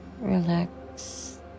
relax